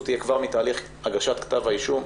תהיה כבר מתהליך הגשת כתב האישום.